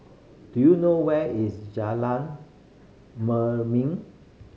do you know where is Jalan